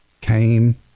came